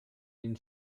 den